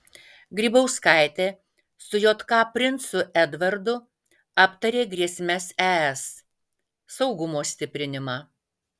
grybauskaitė su jk princu edvardu aptarė grėsmes es saugumo stiprinimą